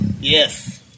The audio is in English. Yes